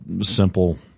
simple